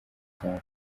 cyane